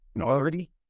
already